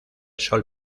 sol